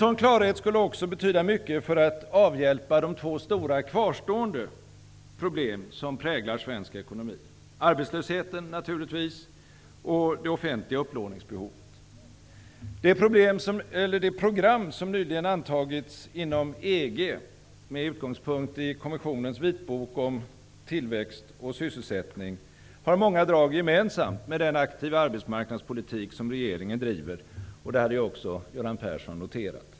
Sådan klarhet skulle också betyda mycket för att avhjälpa de två stora kvarstående problem som präglar svensk ekonomi: arbetslösheten naturligtvis och det offentliga upplåningsbehovet. Det program som nyligen antagits inom EG med utgångspunkt i kommissionens vitbok om tillväxt och sysselsättning har många drag gemensamt med den aktiva arbetsmarknadspolitik som regeringen driver. Det hade också Göran Persson noterat.